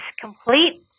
complete